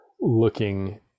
looking